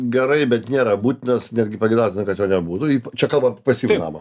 gerai bet nėra būtinas netgi pageidautina kad jo nebūtų jį čia kalbam apie pasyvų namą